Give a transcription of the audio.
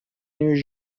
new